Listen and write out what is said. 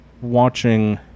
watching